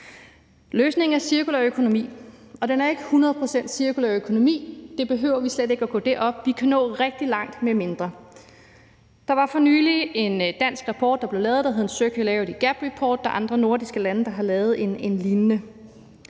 Løsningen er cirkulær økonomi, og den er ikke 100 pct. cirkulær økonomi. Vi behøver slet ikke at komme derop; vi kan nå rigtig langt med mindre. Der blev for nylig lavet en rapport, der hed »The Circularity Gap Report Denmark«. Der er andre nordiske lande, der har lavet en lignende.